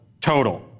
total